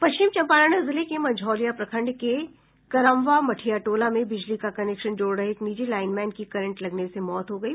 पश्चिम चम्पारण जिले के मझौलिया प्रखंड के करमवा मठिया टोला में बिजली का कनेक्शन जोड़ रहे एक निजी लाईनमैन की करंट लगने से मौत हो गयी